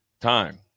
time